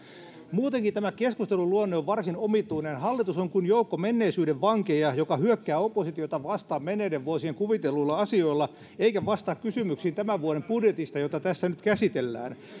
muutenkin tämän keskustelun luonne on varsin omituinen hallitus on kuin joukko menneisyyden vankeja jotka hyökkäävät oppositiota vastaan menneiden vuosien kuvitelluilla asioilla eivätkä vastaa kysymyksiin tämän vuoden budjetista jota tässä nyt käsitellään